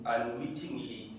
Unwittingly